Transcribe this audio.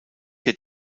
hier